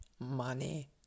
money